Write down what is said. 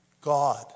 God